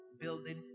building